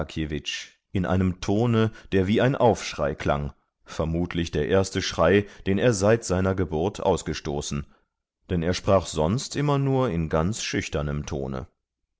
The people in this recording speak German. in einem tone der wie ein aufschrei klang vermutlich der erste schrei den er seit seiner geburt ausgestoßen denn er sprach sonst immer nur in ganz schüchternem tone